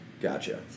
Gotcha